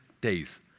days